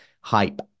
hype